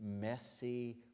messy